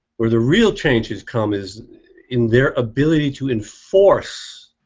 where the real change has come is in their ability to enforce